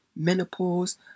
Menopause